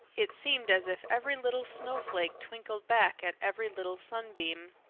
it seemed as if every little snowflake twinkled back at every little sunbeam.